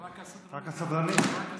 רק הסדרנים.